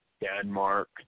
Denmark